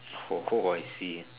oh I see